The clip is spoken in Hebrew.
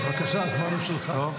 בבקשה, הזמן הוא שלך.